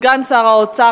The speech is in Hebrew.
סגן שר האוצר,